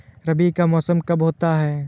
रबी का मौसम कब होता हैं?